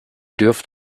dürft